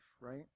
right